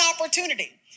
opportunity